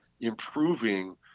improving